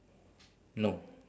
no